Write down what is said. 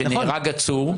כשנהרג עצור,